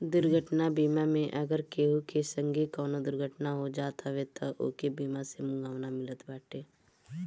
दुर्घटना बीमा मे अगर केहू के संगे कवनो दुर्घटना हो जात हवे तअ ओके बीमा से मुआवजा मिलत बाटे